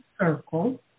circle